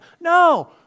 No